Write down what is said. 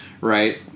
right